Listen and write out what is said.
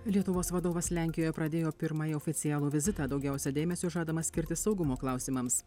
lietuvos vadovas lenkijoje pradėjo pirmąjį oficialų vizitą daugiausia dėmesio žadama skirti saugumo klausimams